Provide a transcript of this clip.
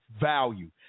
value